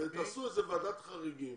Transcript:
אולי תעשו איזו ועדת חריגים